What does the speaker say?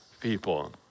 people